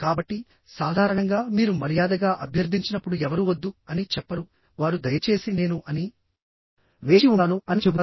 కాబట్టి సాధారణంగా మీరు మర్యాదగా అభ్యర్థించినప్పుడు ఎవరూ వద్దు అని చెప్పరు వారు దయచేసి నేను అని వేచి ఉంటాను అని చెబుతారు